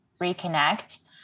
reconnect